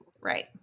right